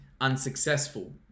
unsuccessful